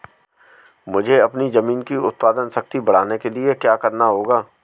मुझे अपनी ज़मीन की उत्पादन शक्ति बढ़ाने के लिए क्या करना होगा?